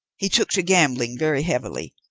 he took to gambling very heavily,